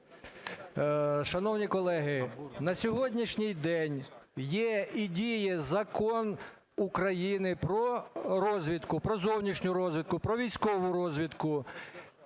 Шановні колеги, на сьогоднішній день є і діє Закон України про розвідку, про зовнішню розвідку, про військову розвідку.